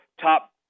top